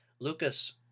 Lucas